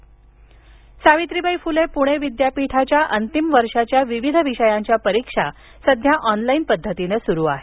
पुणे विद्यापीठ ऑनलाईन परीक्षा सावित्रीबाई फुले पुणे विद्यापीठाच्या अंतिम वर्षाच्या विविष विषयांच्या परीक्षा सध्या ऑनलाईन पद्धतीने सुरु आहेत